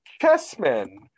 Chessmen